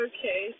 Okay